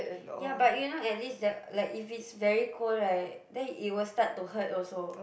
ya but you know at least the like if it's very cold right then it will start to hurt also